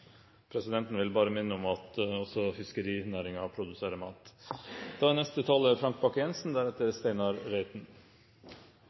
Presidenten vil minne om at også fiskerinæringen produserer mat. Representanten Frank